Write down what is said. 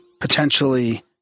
potentially